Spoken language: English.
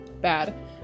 bad